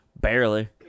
Barely